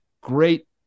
great